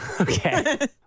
Okay